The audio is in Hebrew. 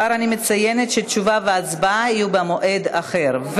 אני כבר מציינת שתשובה והצבעה יהיו במועד אחר.